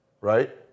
right